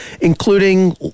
including